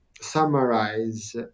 summarize